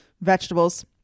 vegetables